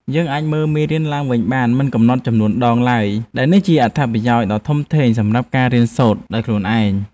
យើងអាចមើលមេរៀនឡើងវិញបានមិនកំណត់ចំនួនដងឡើយដែលនេះជាអត្ថប្រយោជន៍ដ៏ធំធេងសម្រាប់ការរៀនសូត្រដោយខ្លួនឯង។